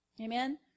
Amen